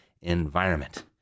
environment